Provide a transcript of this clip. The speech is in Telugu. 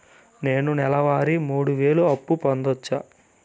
నేను నెల వారి మూడు వేలు అప్పు పొందవచ్చా?